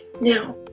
Now